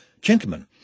Gentlemen